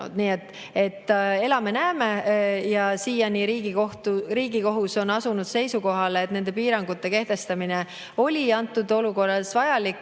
elame, näeme. Siiani on Riigikohus asunud seisukohale, et nende piirangute kehtestamine oli antud olukorras vajalik.